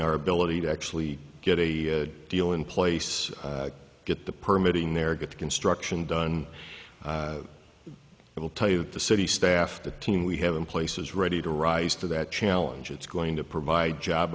our ability to actually get a good deal in place get the permit in there get the construction done it will tell you that the city staff the team we have in place is ready to rise to that challenge it's going to provide job